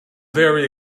very